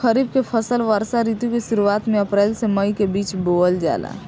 खरीफ के फसल वर्षा ऋतु के शुरुआत में अप्रैल से मई के बीच बोअल जाला